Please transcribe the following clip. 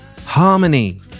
harmony